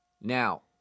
Now